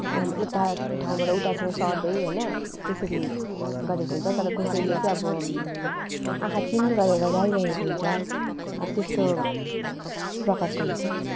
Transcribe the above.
अब यता ठाउँबाट उता ठाउँ सर्दै होइन त्यसरी गरेको हुन्छ तर कसैले चाहिँ अब आँखा चिम् गरेर गाइरहेको हुन्छ अब त्यस्तो प्रकारको हुन्छ